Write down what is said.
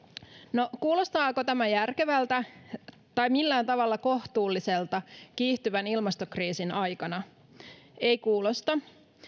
no kuulostaako tämä järkevältä tai millään tavalla kohtuulliselta kiihtyvän ilmastokriisin aikana ei kuulosta